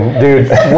dude